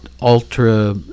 Ultra